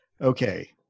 okay